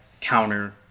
counter